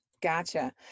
Gotcha